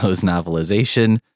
novelization